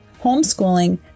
homeschooling